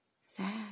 sad